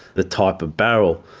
the type of barrel,